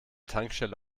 tankstelle